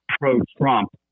pro-Trump